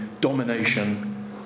domination